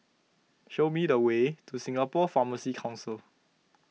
show me the way to Singapore Pharmacy Council